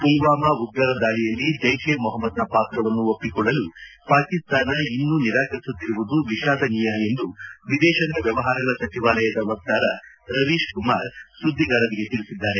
ಪುಲ್ವಾಮ ಉಗ್ರರ ದಾಳಿಯಲ್ಲಿ ಜೈಷ್ ಎ ಮೊಹಮ್ಮದ್ನ ಪಾತ್ರವನ್ನು ಒಪ್ಪಿಕೊಳ್ಳಲು ಪಾಕಿಸ್ತಾನ ಇನ್ನೂ ನಿರಾಕರಿಸುತ್ತಿರುವುದು ವಿಷಾದನೀಯ ಎಂದು ವಿದೇಶಾಂಗ ವ್ಯವಹಾರಗಳ ಸಚಿವಾಲಯದ ವಕಾರ ರವೀಶ್ ಕುಮಾರ್ ಸುದ್ಗಿಗಾರರಿಗೆ ಪ್ರತಿಕ್ರಿಯೆ ನೀಡಿದ್ದಾರೆ